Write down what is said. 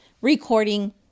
recording